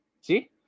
See